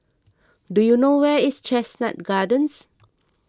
do you know where is Chestnut Gardens